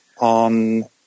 on